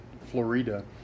Florida